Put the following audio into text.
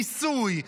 מיסוי,